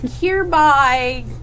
Hereby